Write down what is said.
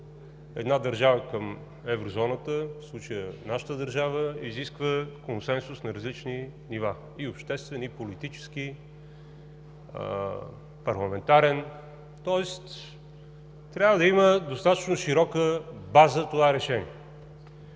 една държава към Еврозоната, в случая нашата държава, изисква консенсус на различни нива – и обществени, и политически, парламентарен. Тоест трябва да има достатъчно широка база това решение.